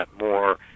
more